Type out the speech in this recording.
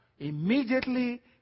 immediately